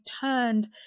turned